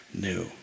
new